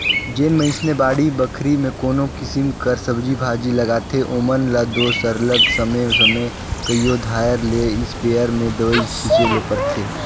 जेन मइनसे बाड़ी बखरी में कोनो किसिम कर सब्जी भाजी लगाथें ओमन ल दो सरलग समे समे कइयो धाएर ले इस्पेयर में दवई छींचे ले परथे